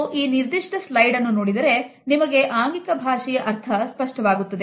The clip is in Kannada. ನೀವು ಈ ನಿರ್ದಿಷ್ಟ slide ಸ್ಲೈಡ್ ಅನ್ನು ನೋಡಿದರೆ ನಿಮಗೆ ಆಂಗಿಕ ಭಾಷೆಯ ಅರ್ಥ ಸ್ಪಷ್ಟವಾಗುತ್ತದೆ